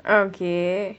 okay